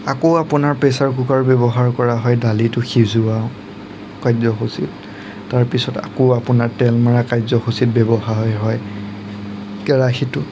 আকৌ আপোনাৰ pressure cooker ব্যৱহাৰ কৰা হয় ডালিটো সিজোৱাৰ কাৰ্যসূচীত তাৰ পিছত আকৌ আপোনাৰ তেল মৰা কাৰ্যসূচীত ব্যৱহাৰ হয় কেৰাহীটো